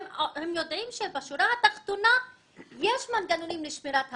הם יודעים שבשורה התחתונה יש מנגנונים לשמירת הפערים.